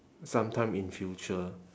sometime in future